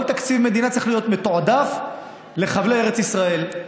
כל תקציב מדינה צריך להיות מתועדף לחבלי ארץ ישראל.